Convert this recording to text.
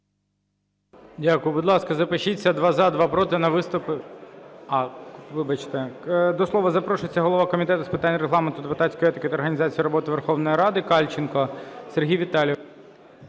Дякую. Будь ласка, запишіться: два – за, два – проти на виступи… Вибачте. До слова запрошується голова Комітету з питань Регламенту, депутатської етики та організації роботи Верховної Ради Кальченко Сергій Віталійович.